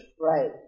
Right